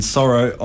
Sorrow